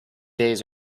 days